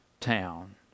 town